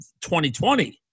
2020